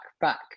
back